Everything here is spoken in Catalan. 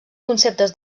conceptes